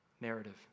narrative